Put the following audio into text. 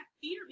fear